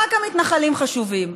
רק המתנחלים חשובים.